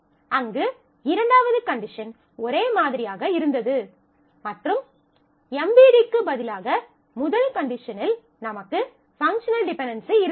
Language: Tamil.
அங்கு இரண்டாவது கண்டிஷன் ஒரே மாதிரியாக இருந்தது மற்றும் MVD க்கு பதிலாக முதல் கண்டிஷனில் நமக்கு பங்க்ஷனல் டிபென்டென்சி இருந்தது